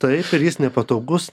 taip ir jis nepatogus